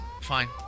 Fine